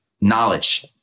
Knowledge